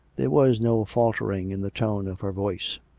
there was no faltering in the tone of her voice.